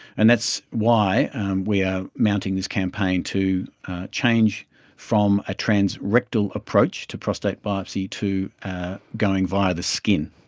and that's why we are mounting this campaign to change from a transrectal approach to prostate biopsy to going via the skin.